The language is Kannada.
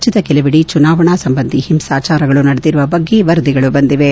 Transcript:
ರಾಜ್ಯದ ಕೆಲವೆಡೆ ಚುನಾವಣಾ ಸಂಬಂಧಿ ಹಿಂಸಾಚಾರಗಳು ನಡೆದಿರುವ ಬಗ್ಗೆ ವರದಿಗಳು ಬಂದಿವೆ